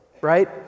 right